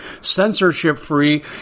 censorship-free